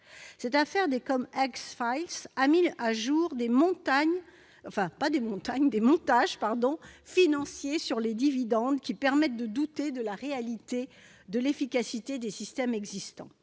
Cette affaire a mis au jour des montages financiers sur les dividendes qui permettent de douter de la réalité de l'efficacité des systèmes existants.